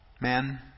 Men